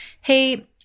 hey